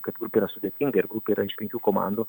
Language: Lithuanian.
kad grupė yra sudėtinga ir grupė yra iš penkių komandų